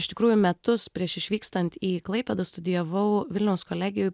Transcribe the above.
iš tikrųjų metus prieš išvykstant į klaipėdą studijavau vilniaus kolegijoj